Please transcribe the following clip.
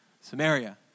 Samaria